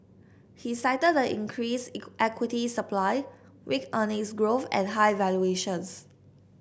he cited the increased equity supply weak earnings growth and high valuations